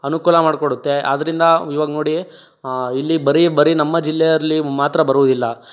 ಅನುಕೂಲ ಮಾಡ್ಕೊಡುತ್ತೆ ಆದ್ರಿಂದ ಇವಾಗ ನೋಡಿ ಇಲ್ಲಿ ಬರಿ ಬರಿ ನಮ್ಮ ಜಿಲ್ಲೆಯಲ್ಲಿ ಮಾತ್ರ ಬರೋದಿಲ್ಲ